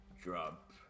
drop